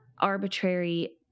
arbitrary